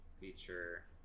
feature